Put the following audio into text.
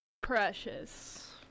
Precious